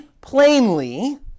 plainly